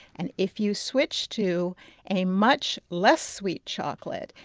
and if you switch to a much less sweet chocolate,